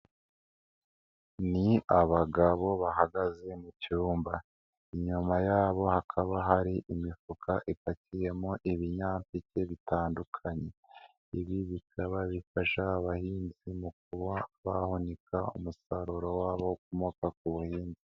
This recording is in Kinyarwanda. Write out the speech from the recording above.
Ni abagabo bahagaze mu cyumba, inyuma yabo hakaba hari imifuka ifatiyemo ibinyampeke bitandukanye, ibi bikaba bifasha abahinzi mu kuba haboneka umusaruro wabo ukomoka ku buhinzi.